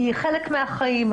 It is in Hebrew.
היא חלק מהחיים.